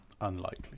Unlikely